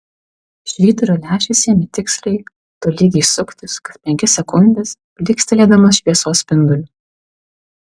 švyturio lęšis ėmė tiksliai tolygiai suktis kas penkias sekundes plykstelėdamas šviesos spinduliu